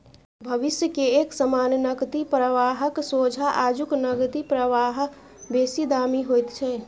भविष्य के एक समान नकदी प्रवाहक सोंझा आजुक नकदी प्रवाह बेसी दामी होइत छै